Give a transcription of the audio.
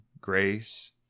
grace